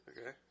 Okay